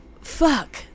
fuck